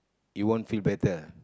you won't feel better